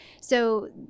So-